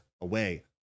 away